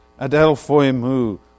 adelphoimu